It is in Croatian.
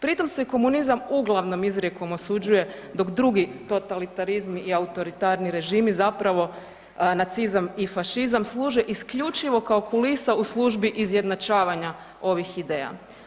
Pri tom se komunizam uglavnom izrijekom osuđuje dok drugi totalitarizmi i autoritarni režimi zapravo nacizam i fašizam služe isključivo kao kulisa u službi izjednačavanja ovih ideja.